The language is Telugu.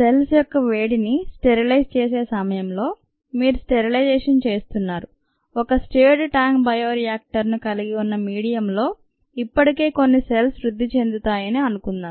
సెల్స్ యొక్క వేడిని స్టెరిలైజెషన్ చేసే సమయంలో మీరు స్టెరిలైజేషన్ చేస్తున్నారు ఒక స్టిర్రెడ్ ట్యాంక్ బయో రియాక్టర్ ను కలిగి ఉన్న మీడియం లో ఇప్పటికే కొన్ని సెల్స్ వృద్ధి చెందుతాయని అనుకుందాం